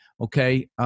okay